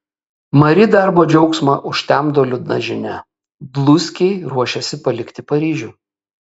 mari darbo džiaugsmą užtemdo liūdna žinia dluskiai ruošiasi palikti paryžių